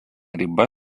riba